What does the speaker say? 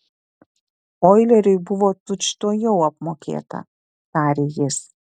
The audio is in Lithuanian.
oileriui buvo tučtuojau apmokėta tarė jis